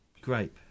grape